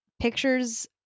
pictures